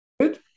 Good